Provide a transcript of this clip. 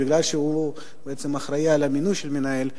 בגלל שהוא בעצם אחראי למינוי של מנהל,